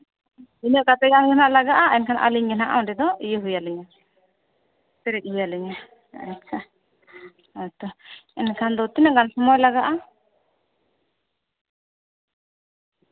ᱛᱤᱱᱟᱹᱜ ᱠᱟᱛᱮ ᱦᱟᱸᱜ ᱞᱟᱜᱟᱜᱼᱟ ᱮᱱᱠᱷᱟᱱ ᱟᱹᱞᱤᱧᱜᱮ ᱱᱟᱜ ᱚᱸᱰᱮ ᱫᱚ ᱤᱭᱟᱹ ᱦᱩᱭᱟᱞᱤᱧᱟ ᱯᱮᱨᱮᱡ ᱦᱩᱭᱟᱞᱤᱧᱟ ᱟᱪᱪᱷᱟ ᱦᱮᱸᱛᱚ ᱮᱱᱠᱷᱟᱱ ᱫᱚ ᱛᱤᱱᱟᱹᱜ ᱜᱟᱱ ᱥᱚᱢᱚᱭ ᱞᱟᱜᱟᱜᱼᱟ